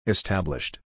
Established